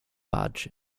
badge